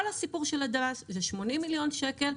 אבל כל הסיפור של הדבש הוא 80 מיליון שקל.